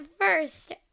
first